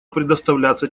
предоставляться